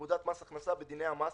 בפקודת מס הכנסה, בדיני המס.